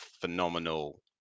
phenomenal